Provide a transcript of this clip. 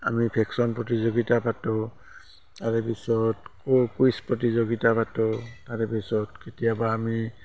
আমি ভেকচন প্ৰতিযোগিতা পাতোঁ তাৰেপিছত কুইজ প্ৰতিযোগিতা পাতোঁ তাৰেপিছত কেতিয়াবা আমি